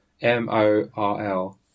m-o-r-l